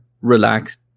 relaxed